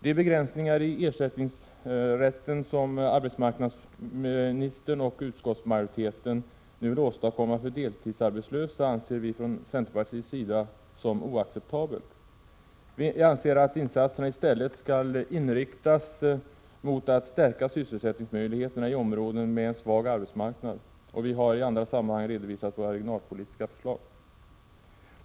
De begränsningar i ersättningsrätten som arbetsmarknadsministern och utskottsmajoriteten nu vill åstadkomma för deltidsarbetslösa anser vi från centerpartiets sida oacceptabla. Vi anser att insatserna i stället skall inriktas mot att stärka sysselsättningsmöjligheterna i områden med svag arbetsmarknad. Vi har i andra sammanhang redovisat våra regionalpolitiska förslag.